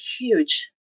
huge